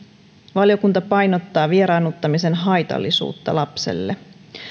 valiokunta painottaa vieraannuttamisen haitallisuutta lapselle